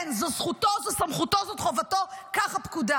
כן, זו זכותו, זו סמכותו, זו חובתו, כך הפקודה.